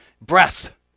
Breath